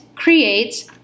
creates